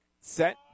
set